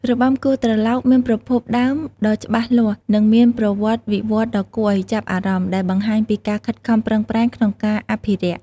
របាំគោះត្រឡោក មានប្រភពដើមដ៏ច្បាស់លាស់ និងមានប្រវត្តិវិវត្តន៍ដ៏គួរឱ្យចាប់អារម្មណ៍ ដែលបង្ហាញពីការខិតខំប្រឹងប្រែងក្នុងការអភិរក្ស។